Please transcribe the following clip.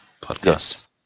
podcast